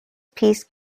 piece